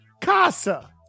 Casa